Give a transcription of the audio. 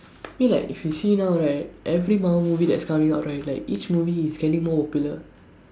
feel like if you see now right every Marvel movie that's coming out right like each movie is getting more popular